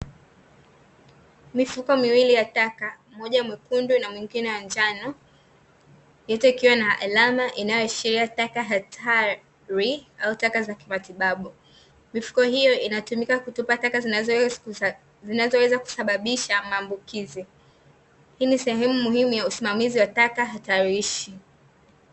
Mifuko miwili ya taka, mmoja mwekundu na mwingine wa njano, yote ikiwa na alama inayoashiria taka hatari au taka za kimatibabu. Mifuko hiyo inatumika kutupa taka zinazoweza kusababisha maambukizi. Hii sehemu muhimu ya usimamizi wa taka hatarishi.